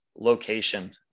location